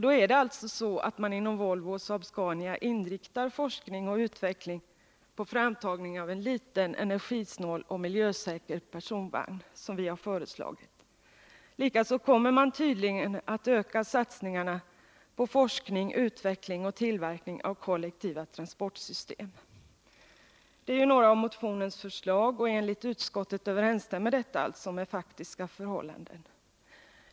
Då är det alltså så att man inom Volvo och Saab-Scania inriktar forskning och utveckling på framtagning av en liten, energisnål och miljösäker personvagn som vi har föreslagit. Likaså kommer man att öka satsningarna på forskning, utveckling och tillverkning av kollektiva transportsystem. Det är några av motionens förslag och enligt utskottet överensstämmer detta alltså med faktiska förhållanden.